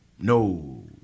No